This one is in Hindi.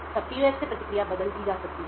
तब PUF से प्रतिक्रिया बदल दी जा सकती है